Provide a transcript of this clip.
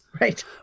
Right